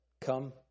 come